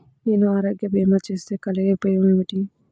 నేను ఆరోగ్య భీమా చేస్తే కలిగే ఉపయోగమేమిటీ?